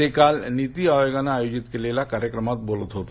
ते काल नीती आयोगान आयोजित केलेल्या कार्यक्रमात बोलत होते